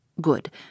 Good